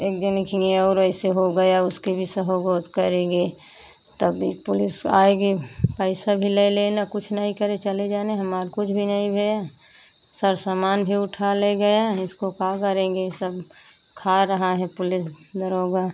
एक जन खियाँ और ऐसे हो गया उसके भी सह करेंगे तब भी पुलिस आएगी पैसा भी ले लेना कुछ नहीं करे चले जाने हमार कुछ भी नहीं भैया सारा सामान भी उठा ले गया इसको का करेंगे सब खा रहा हैं पुलिस दरोग़ा